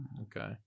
Okay